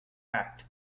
act